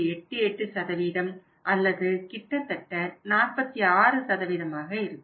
88 அல்லது கிட்டத்தட்ட 46 ஆக இருக்கும்